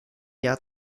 jahr